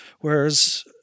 Whereas